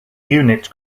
unit